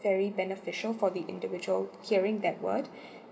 very beneficial for the individual hearing that word